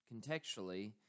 contextually